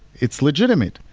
it's legitimate.